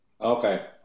Okay